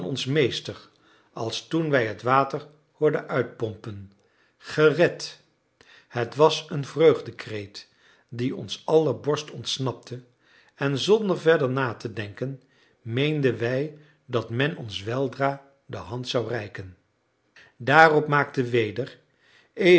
ons meester als toen wij het water hoorden uitpompen gered het was een vreugdekreet die ons aller borst ontsnapte en zonder verder na te denken meenden wij dat men ons weldra de hand zou reiken daarop maakte weder